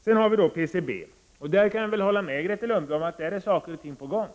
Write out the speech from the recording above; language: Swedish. I fråga om PCB kan jag hålla med Grethe Lundblad om att saker och ting är på gång.